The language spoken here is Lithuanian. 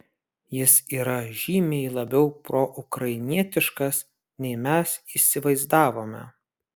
jis yra žymiai labiau proukrainietiškas nei mes įsivaizdavome